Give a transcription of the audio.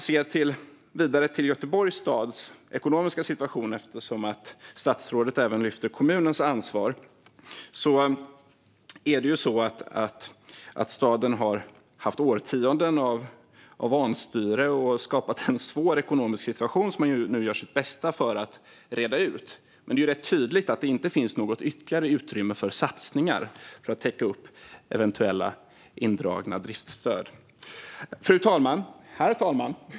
Statsrådet lyfter även fram kommunens ansvar. Göteborgs stad har haft årtionden av vanstyre, som skapat en svår ekonomisk situation vilken man nu gör sitt bästa för att reda ut. Men det är rätt tydligt att det inte finns något ytterligare utrymme för satsningar på att täcka upp för eventuella indragna driftsstöd. Herr talman!